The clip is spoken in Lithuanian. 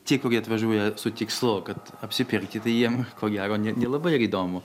tie kurie atvažiuoja su tikslu kad apsipirkti tai jiem ko gero ne nelabai ir įdomu